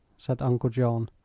said uncle john.